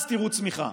אז תראו צמיחה: